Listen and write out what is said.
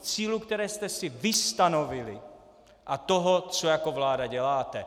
Cílů, které jste si vy stanovili, a toho, co jako vláda děláte.